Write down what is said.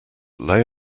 lay